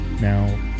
Now